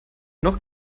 noch